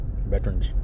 veterans